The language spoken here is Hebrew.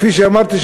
כפי שאמרתי,